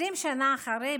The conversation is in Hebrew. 20 שנה אחרי,